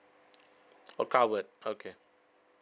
oh covered okay